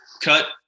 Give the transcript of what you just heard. cut